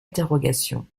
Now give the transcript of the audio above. interrogation